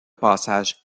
passage